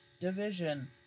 Division